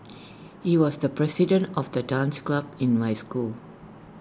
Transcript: he was the president of the dance club in my school